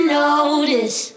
notice